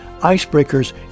Icebreakers